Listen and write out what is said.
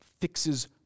fixes